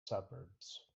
suburbs